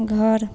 घर